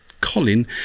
Colin